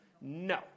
No